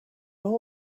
all